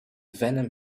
venom